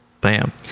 bam